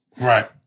Right